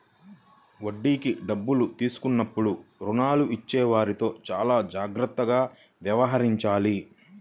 వడ్డీకి డబ్బులు తీసుకున్నప్పుడు రుణాలు ఇచ్చేవారితో చానా జాగ్రత్తగా వ్యవహరించాలి